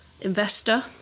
investor